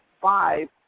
five